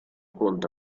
conta